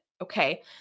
Okay